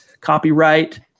copyright